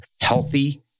healthy